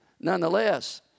nonetheless